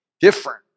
Different